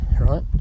right